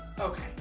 okay